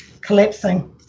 collapsing